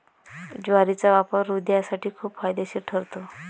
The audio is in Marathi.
ज्वारीचा वापर हृदयासाठी खूप फायदेशीर ठरतो